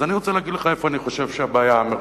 אז אני רוצה להגיד לך איפה אני חושב הבעיה המרכזית,